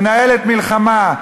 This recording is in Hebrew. מנהלת מלחמה,